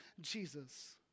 Jesus